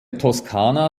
toskana